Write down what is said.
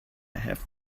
have